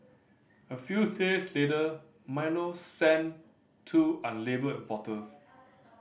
a few days later Milo sent two unlabelled bottles